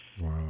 Wow